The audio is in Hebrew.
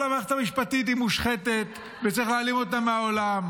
כל המערכת המשפטית היא מושחתת וצריך להעלים אותה מהעולם,